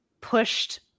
pushed